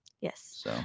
Yes